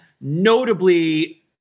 notably